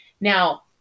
Now